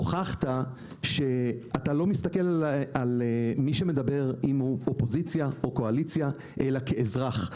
הוכחת שאתה לא מסתכל על מי שמדבר כאופוזיציה או קואליציה אלא כאזרח.